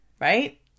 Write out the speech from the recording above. Right